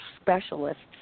Specialists